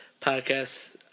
podcast